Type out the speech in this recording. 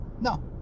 no